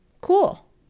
Cool